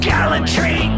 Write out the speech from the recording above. Gallantry